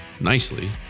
nicely